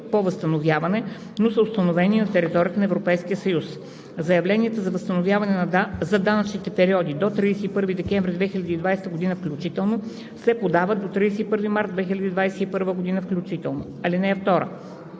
по възстановяване, но са установени на територията на Европейския съюз. Заявленията за възстановяване за данъчни периоди до 31 декември 2020 г. включително се подават до 31 март 2021 г. включително. (2)